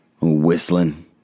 whistling